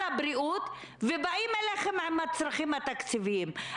הבריאות ובאים אליכם עם הצרכים התקציביים.